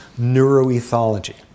neuroethology